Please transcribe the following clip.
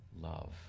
love